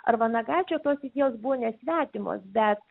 ar vanagaičio tos idėjos buvo nesvetimos bet